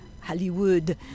Hollywood